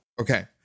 Okay